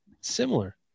similar